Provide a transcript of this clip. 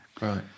Right